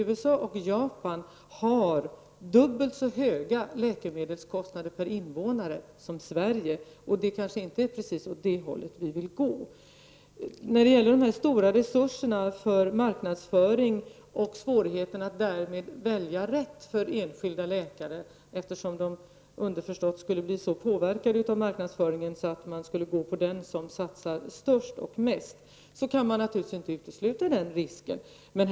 USA och Japan har nämligen dubbelt så höga läkemedelskostnader per invånare som Sverige. Och det kanske inte är åt det hållet som vi vill gå. Man kan naturligtvis inte utesluta risken när det gäller de stora resurserna för marknadsföring och svårigheterna för enskilda läkare att på grund av denna marknadsföring välja rätt, att de blir så påverkade av marknadsföringen att de använder det företags läkemedel som satsar mest på marknadsföring.